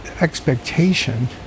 expectation